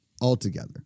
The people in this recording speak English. altogether